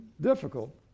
difficult